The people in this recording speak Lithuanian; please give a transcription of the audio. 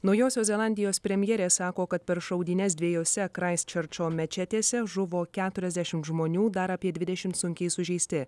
naujosios zelandijos premjerė sako kad per šaudynes dviejose kraistčerčo mečetėse žuvo keturiasdešim žmonių dar apie dvidešim sunkiai sužeisti